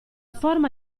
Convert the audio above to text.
forma